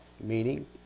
meaning